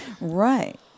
Right